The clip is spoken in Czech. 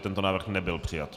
Tento návrh nebyl přijat.